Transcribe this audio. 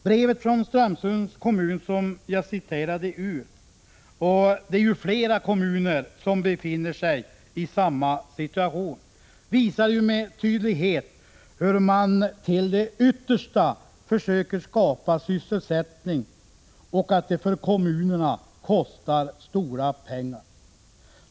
Brevet från Strömsunds kommun, som jag citerade ur — och det är flera kommuner som befinner sig i samma situation —, visar med tydlighet hur de till det yttersta försöker skapa sysselsättning och att det kostar stora pengar för kommunerna.